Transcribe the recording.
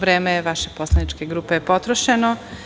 Vreme vaše poslaničke grupe je potrošeno.